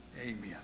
Amen